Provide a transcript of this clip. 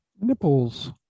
nipples